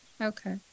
Okay